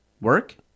Work